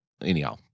anyhow